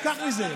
תשכח מזה.